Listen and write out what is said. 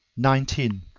nineteen.